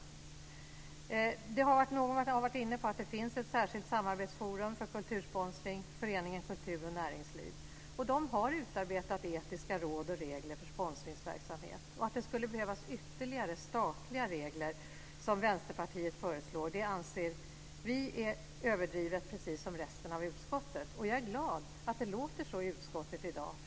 Någon har varit inne på att det finns ett särskilt samarbetsforum för kultursponsring, Föreningen Kultur och näringsliv. De har utarbetat etiska råd och regler för sponsringsverksamhet. Att det skulle behövas ytterligare statliga regler, som Vänsterpartiet föreslår, anser vi är överdrivet, precis som resten av utskottet anser. Jag är glad att det låter så i utskottet i dag.